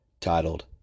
titled